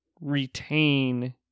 retain